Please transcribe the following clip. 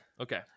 Okay